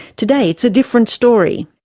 today it's a different story.